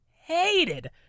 hated